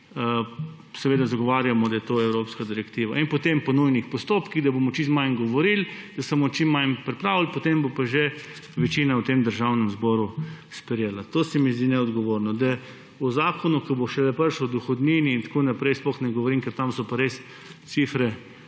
seveda zagovarjamo, da je to evropska direktiva, in potem gremo po nujnih postopkih, da bomo čim manj govorili, da se bomo čim manj pripravili, potem bo pa že večina v Državnem zboru sprejela. To se mi zdi neodgovorno, da o zakonu, ki bo šele prišel, o dohodnini in tako naprej, sploh ne govorim, ker tam so pa res cifre,